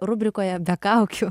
rubrikoje be kaukių